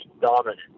dominant